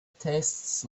tastes